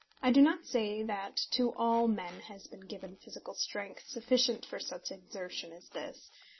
i do not say that to all men has been given physical strength sufficient for such exertion as this,